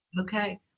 Okay